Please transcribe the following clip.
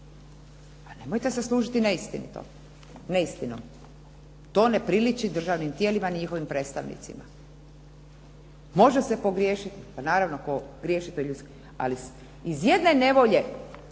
Pa nemojte se služiti neistinom, to ne priliči državnim tijelima ni njihovim predstavnicima. Može se pogriješiti, pa naravno tko griješi to je ljudski. Ali iz jedne nevolje